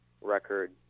record